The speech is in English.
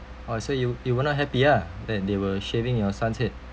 oh so you you were not happy ah that they were shaving your son's head